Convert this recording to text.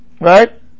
Right